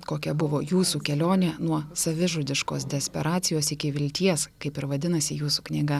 kokia buvo jūsų kelionė nuo savižudiškos desperacijos iki vilties kaip ir vadinasi jūsų knyga